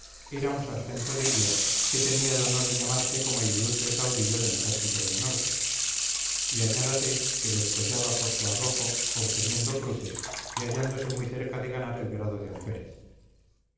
era un sargento de guías que tenía el honor de llamarse como el ilustre caudillo del ejército del norte y añádase que descollaba por su arrojo obteniendo cruces y hallándose muy cerca de ganar el grado de alférez